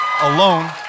alone